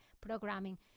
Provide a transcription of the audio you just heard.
programming